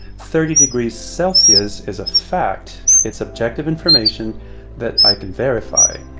thirty degrees celsius is a fact. it's objective information that i can verify.